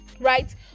Right